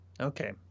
Okay